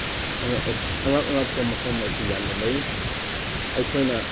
ꯑꯉꯛ ꯑꯉꯛꯄ ꯃꯐꯝ ꯑꯁꯤ ꯌꯥꯝꯅ ꯂꯩ ꯑꯩꯈꯣꯏꯅ